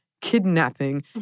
kidnapping